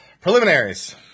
Preliminaries